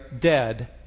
dead